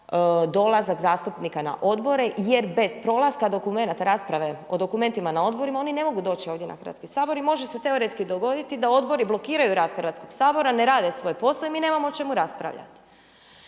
dolazak zastupnika na odbore jer bez prolaska dokumenata rasprave, o dokumentima na odborima oni ne mogu doći ovdje na Hrvatski sabor i može se teoretski dogoditi da odbori blokiraju rad Hrvatskoga sabora, ne rade svoj posao i mi nemamo o čemu raspravljati.